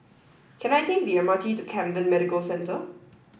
can I take the M R T to Camden Medical Center